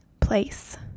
place